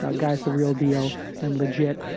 ah guy is the real deal and legit.